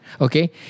okay